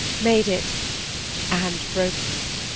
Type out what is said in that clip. made it and broken it